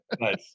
Nice